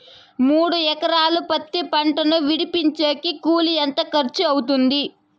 మూడు ఎకరాలు పత్తి పంటను విడిపించేకి కూలి ఎంత ఖర్చు అవుతుంది?